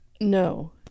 no